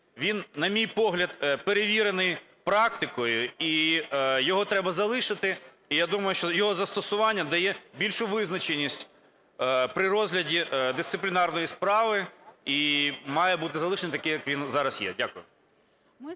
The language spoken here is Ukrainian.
Він, на мій погляд, перевірений практикою і його треба залишити. І я думаю, що його застосування дає більшу визначеність при розгляді дисциплінарної справи і має бути залишеним таким, як він зараз є. Дякую.